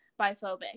biphobic